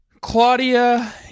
Claudia